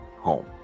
home